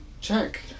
Check